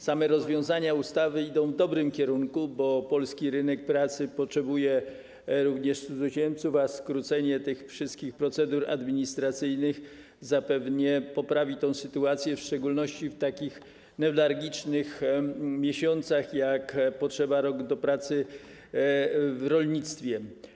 Same rozwiązania ustawy idą w dobrym kierunku, bo polski rynek pracy potrzebuje również cudzoziemców, a skrócenie tych wszystkich procedur administracyjnych zapewne poprawi sytuację, w szczególności w newralgicznych miesiącach, kiedy potrzeba rąk do pracy w rolnictwie.